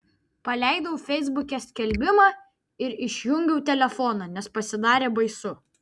paleidau feisbuke skelbimą ir išjungiau telefoną nes pasidarė baisu